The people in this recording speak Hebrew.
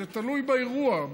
אז זה תלוי באירוע,